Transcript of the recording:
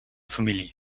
familie